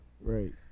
Right